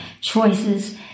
choices